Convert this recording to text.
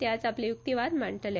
ते आयज आपलो युक्तीवाद मांडटले